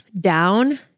down